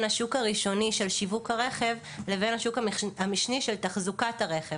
השוק הראשוני של שיווק הרכב לבין השוק המשני של תחזוקת הרכב.